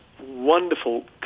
wonderful